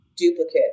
duplicate